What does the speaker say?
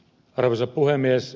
arvoisa puhemies